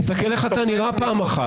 תסתכל איך אתה נראה פעם אחת.